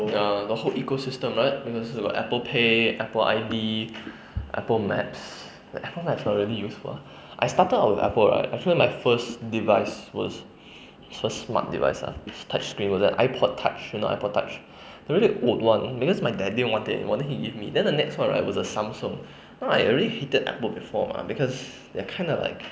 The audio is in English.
ya the whole eco system right because you got the apple pay apple I_D apple maps the apple maps are really useful ah I started off with apple right I feel like my first device was first smart device ah with touch screen was that ipod touch you know ipod touch the really old [one] because my daddy want it [one] then he give me then the next one right was the samsung then like I already hated apple before ah because that kind of like